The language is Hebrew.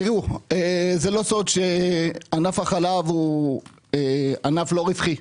תיראו, זה לא סוד שענף החלב הוא ענף לא רווחי.